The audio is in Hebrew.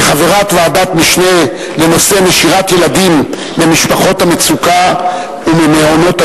כחברת ועדת משנה לנושא נשירת ילדים ממשפחות המצוקה ממעונות-היום,